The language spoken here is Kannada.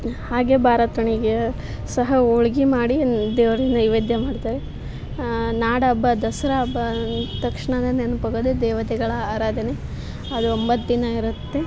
ಹಾಗೆ ಸಹ ಹೋಳ್ಗಿ ಮಾಡಿ ದೇವ್ರಿಗೆ ನೈವೇದ್ಯ ಮಾಡ್ತಾರೆ ನಾಡ ಹಬ್ಬ ದಸರಾ ಹಬ್ಬ ಅಂದ ತಕ್ಷ್ಣವೇ ನೆನಪಾಗೋದು ದೇವತೆಗಳ ಆರಾಧನೆ ಅದು ಒಂಬತ್ತು ದಿನ ಇರುತ್ತೆ